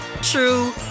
true